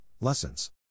Lessons